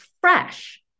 fresh